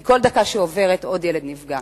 כל דקה שעוברת עוד ילד נפגע.